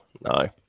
no